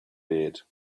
bed